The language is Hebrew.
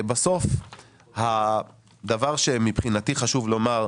בסוף הדבר שמבחינתי חשוב לומר,